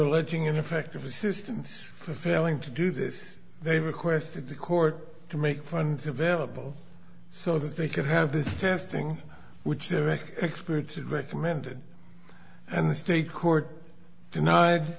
alleging ineffective assistance for failing to do this they requested the court to make funds available so that they could have this testing which directly experts recommended and the state court denied